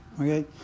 Okay